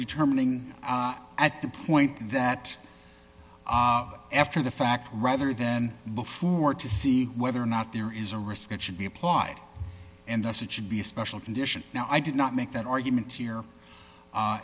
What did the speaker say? determining at the point that after the fact rather than before to see whether or not there is a risk it should be applied and thus it should be a special condition now i did not make that argument here